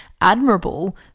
admirable